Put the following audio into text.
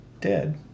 dead